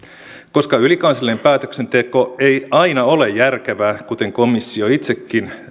koska ylikansallinen päätöksenteko ei aina ole järkevää kuten komissio itsekin